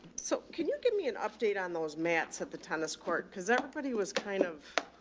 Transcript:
so can you give me an update on those mats at the tennis court? because everybody was kind of